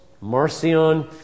Marcion